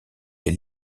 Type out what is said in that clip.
les